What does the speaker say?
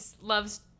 loves